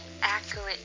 accurate